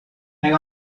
hang